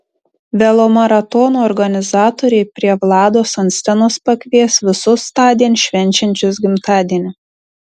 velomaratono organizatoriai prie vlados ant scenos pakvies visus tądien švenčiančius gimtadienį